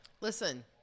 Listen